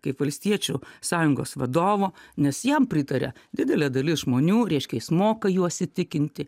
kaip valstiečių sąjungos vadovo nes jam pritaria didelė dalis žmonių reiškia jis moka juos įtikinti